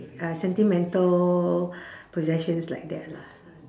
uh sentimental possessions like that lah